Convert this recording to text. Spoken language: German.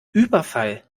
überfall